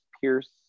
Pierce